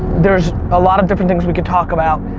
there's a lot of different things we could talk about,